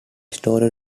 story